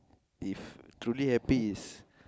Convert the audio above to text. if truly happy is